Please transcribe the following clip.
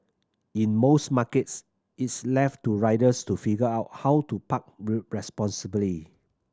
in most markets it's left to riders to figure out how to park